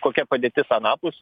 kokia padėtis anapus